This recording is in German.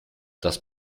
das